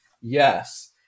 Yes